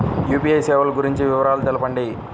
UPI సేవలు గురించి వివరాలు తెలుపండి?